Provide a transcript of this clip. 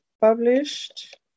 published